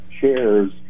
chairs